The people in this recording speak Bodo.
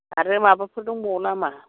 आरो माबाफोर दंबावो ना मा